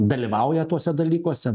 dalyvauja tuose dalykuose